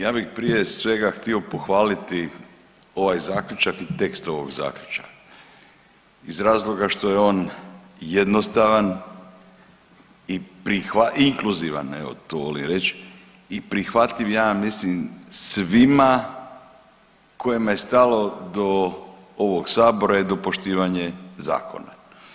Ja bih prije svega htio pohvaliti ovaj zaključak i tekst ovog zaključka iz razloga što je on jednostavan i inkluzivan, evo to volim reći i prihvatljiv ja mislim svima kojima je stalo do ovog sabora i do poštivanja zakona.